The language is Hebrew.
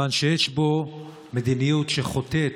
מכיוון שיש פה מדיניות שחוטאת